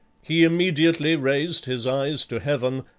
he immediately raised his eyes to heaven,